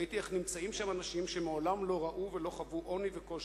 ראיתי איך נמצאים שם אנשים שמעולם לא ראו ולא חוו עוני וקושי,